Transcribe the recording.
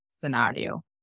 scenario